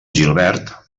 gilbert